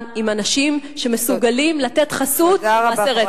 עם אנשים שמסוגלים לתת חסות למעשה רצח כזה.